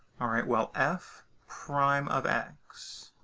all right. well, f prime of x.